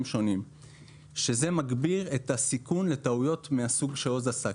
שונים מה שמגביר את הסיכון לטעויות מהסוג שעוז עשה.